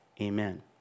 Amen